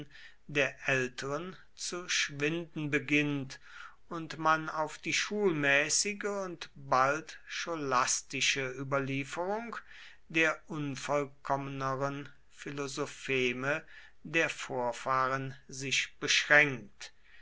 der älteren zu schwinden beginnt und man auf die schulmäßige und bald scholastische überlieferung der unvollkommneren philosopheme der vorfahren sich beschränkt